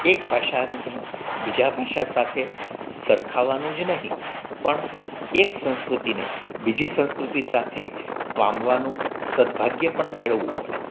એક ભાષાને બીજા ભાષા સાથે સરખાવવાનું જ નહીં પણ એક સંસ્કૃતિને બીજી સંસ્કૃતિ સાથે પામવાનું સદ્ભાગ્ય પણ કેળવવું પડે